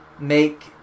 Make